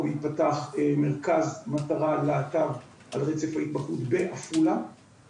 ייפתח מרכז מטרה להט"ב על רצף ההתמכרות בעפולה,